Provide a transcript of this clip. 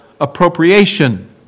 appropriation